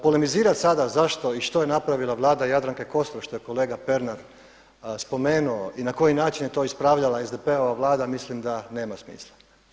Polemizirat sada zašto i što je napravila Vlada Jadranke Kosor što je kolega Pernar spomenuo i na koji način je to ispravljala SDP-ova Vlada mislim da nema smisla.